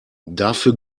dafür